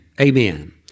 amen